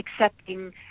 accepting